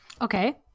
Okay